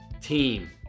team